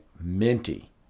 minty